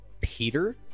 Peter